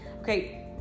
Okay